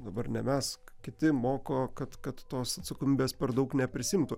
dabar ne mes kiti moko kad kad tos atsakomybės per daug neprisiimtų